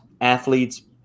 athletes